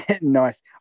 Nice